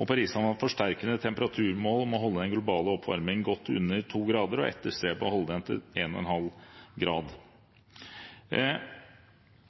Paris-avtalens forsterkede temperaturmål må holde den globale oppvarmingen godt under 2 grader og etterstrebe å holde den til